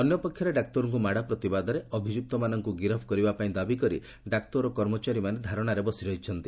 ଅନ୍ୟ ପକ୍ଷରେ ଡାକ୍ତରଙ୍କୁ ମାଡ଼ ପ୍ରତିବାଦରେ ଅଭିଯୁକ୍ତମାନଙ୍କୁ ଗିରଫ୍ କରିବା ପାଇଁ ଦାବି କରି ଡାକ୍ତର ଓ କର୍ମଚାରୀମାନେ ଧାରଣାରେ ବସି ରହିଛନ୍ତି